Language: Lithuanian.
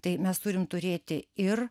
tai mes turim turėti ir